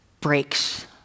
breaks